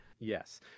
Yes